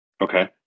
Okay